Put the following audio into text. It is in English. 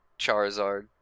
Charizard